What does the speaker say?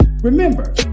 Remember